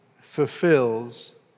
fulfills